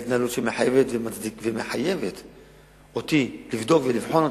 בחלק התנהלות שמחייבת אותי לבדוק אותם ולבחון,